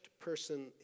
person